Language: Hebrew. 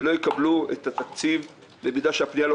שלא יקבלו את התקציב במידה והפנייה לא